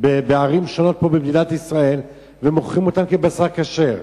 בערים שונות פה במדינת ישראל ומוכרים כבשר כשר.